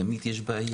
תמיד יש בעיה.